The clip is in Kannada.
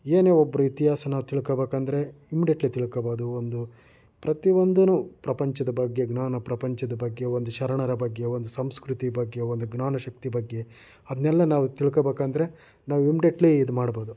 ಏನೇ ಒಬ್ರ ಇತಿಹಾಸನ ತಿಳ್ಕೋಬೇಕೆಂದರೆ ಇಮ್ಡಿಯೆಟ್ಲಿ ತಿಳ್ಕೋಬೋದು ಒಂದು ಪ್ರತಿಯೊಂದೂ ಪ್ರಪಂಚದ ಬಗ್ಗೆ ಜ್ಞಾನ ಪ್ರಪಂಚದ ಬಗ್ಗೆ ಒಂದು ಶರಣರ ಬಗ್ಗೆ ಒಂದು ಸಂಸ್ಕೃತಿ ಬಗ್ಗೆ ಒಂದು ಜ್ಞಾನ ಶಕ್ತಿ ಬಗ್ಗೆ ಅದನ್ನೆಲ್ಲ ನಾವು ತಿಳ್ಕೋಬೇಕೆಂದರೆ ನಾವು ಇಮ್ಡಿಯೆಟ್ಲಿ ಇದು ಮಾಡ್ಬೋದು